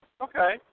Okay